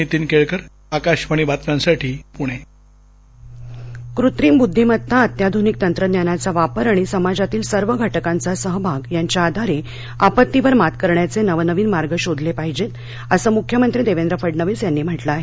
मुख्यमंत्री कृत्रिम बुद्धिमत्ता अत्याध्रनिक तंत्रज्ञानाचा वापर आणि समाजातील सर्व घटकांचा सहभाग यांच्या आधारे आपत्तीवर मात करण्याचे नवनवीन मार्ग शोधले पाहिजेत असं मुख्यमंत्री देवेंद्र फडणवीस यांनी म्हटलं आहे